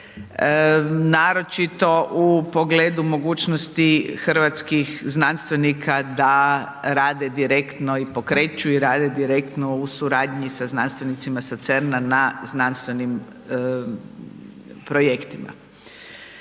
naročito u pogledu mogućnosti hrvatskih znanstvenika da rade direktno i pokreću i rade direktno u suradnji sa znanstvenicima sa CERN-a na znanstvenim projektima.